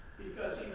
because